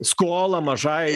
skolą mažai